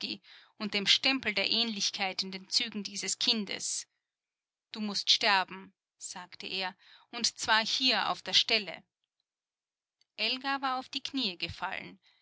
und dem stempel der ähnlichkeit in den zügen dieses kindes du mußt sterben sagte er und zwar hier auf der stelle elga war auf die kniee gefallen